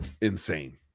insane